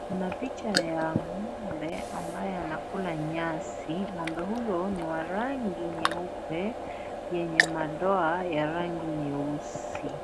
kuna picha ya ng'ombe ambaye anakula nyasi, ng'ombe huyo ni wa rangi nyeupe yenye madoa ya rangi nyeusi,